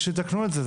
ושיתקנו את זה.